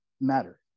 matter